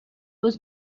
was